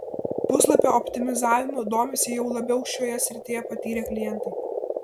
puslapio optimizavimu domisi jau labiau šioje srityje patyrę klientai